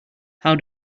how